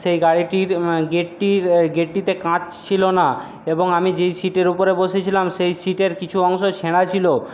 সেই গাড়িটির গেটটির গেটটিতে কাচ ছিলো না এবং আমি যেই সিটের ওপরে বসেছিলাম সেই সিটের কিছু অংশ ছেঁড়া ছিলো